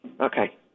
Okay